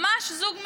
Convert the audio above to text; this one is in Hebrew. ממש זוג משמיים.